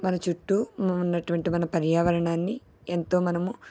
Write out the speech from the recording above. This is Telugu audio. మన చుట్టు ఉన్నటువంటి మన పర్యావరణాన్ని ఎంతో మనము